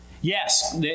Yes